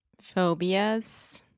Phobias